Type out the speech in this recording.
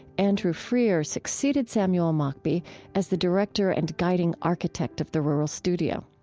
andrew freear succeeded samuel mockbee as the director and guiding architect of the rural studio.